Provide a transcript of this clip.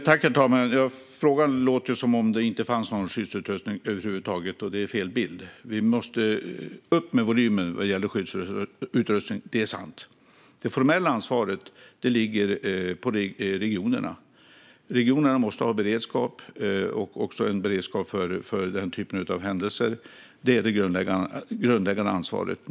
Herr talman! Det låter på frågan som att det inte finns någon skyddsutrustning över huvud taget. Det är fel bild. Vi måste få upp volymerna när det gäller skyddsutrustning - det är sant. Det formella ansvaret ligger på regionerna. De måste ha beredskap, också för denna typ av händelser. Detta är det grundläggande ansvaret.